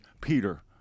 Peter